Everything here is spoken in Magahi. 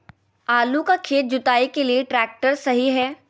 आलू का खेत जुताई के लिए ट्रैक्टर सही है?